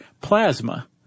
plasma